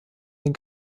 den